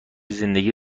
زندگی